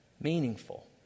meaningful